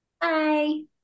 Bye